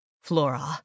Flora